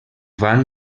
van